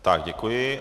Tak děkuji.